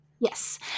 Yes